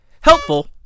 helpful